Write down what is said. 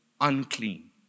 unclean